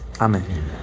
Amen